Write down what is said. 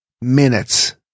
Minutes